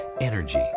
energy